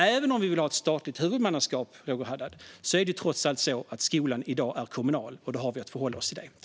Även om vi vill ha ett statligt huvudmannaskap, Roger Haddad, är det trots allt så att skolan i dag är kommunal, och då har vi att förhålla oss till det.